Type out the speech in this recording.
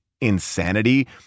insanity